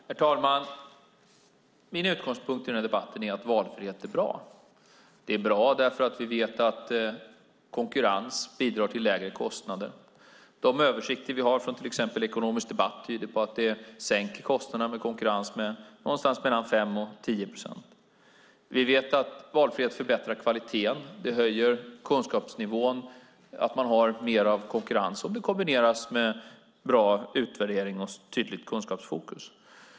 Herr talman! Min utgångspunkt i denna debatt är att valfrihet är bra. Det är bra för att vi vet att konkurrens bidrar till lägre kostnader. De översikter vi har från till exempel Ekonomisk Debatt tyder på att konkurrens sänker kostnaderna med någonstans mellan 5 och 10 procent. Vi vet att valfrihet förbättrar kvaliteten. Det höjer kunskapsnivån att man har mer konkurrens om det kombineras med bra utvärdering och tydligt kunskapsfokus.